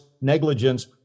negligence